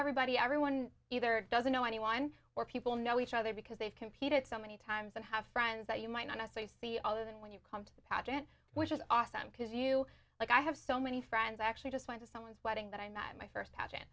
everybody everyone either doesn't know anyone or people know each other because they've competed so many times and have friends that you might not to say see other than when you come to the pageant which is awesome because you like i have so many friends i actually just went to someone's wedding that i met my first